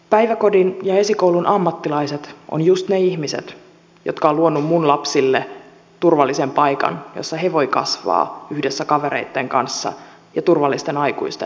päiväkodin ja esikoulun ammattilaiset ovat just ne ihmiset jotka ovat luoneet minun lapsilleni turvallisen paikan jossa he voivat kasvaa yhdessä kavereitten kanssa ja turvallisten aikuisten ympäröiminä